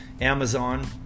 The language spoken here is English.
Amazon